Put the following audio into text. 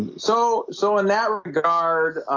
so so in that regard